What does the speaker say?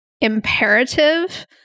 imperative